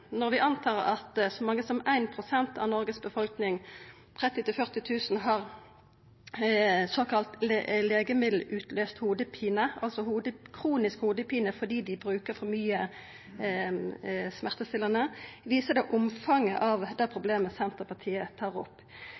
Når vi antar at så mange som 1 pst. av Noregs befolkning, 30–40 000, har såkalla legemiddelutløyst hovudpine, altså kronisk hovudpine fordi ein bruker for mykje smertestillande, viser det omfanget av det problemet Senterpartiet tar opp.